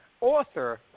author